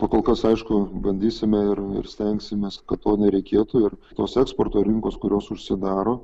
o kol kas aišku bandysime ir ir stengsimės kad to nereikėtų ir tos eksporto rinkos kurios užsidaro